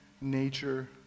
nature